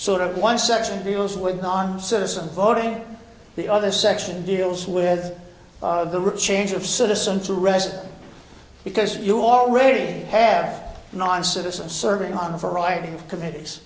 sort of one section deals with non citizen voting the other section deals with the change of citizen's arrest because you already have non citizens serving on a variety of committees